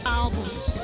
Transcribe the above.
albums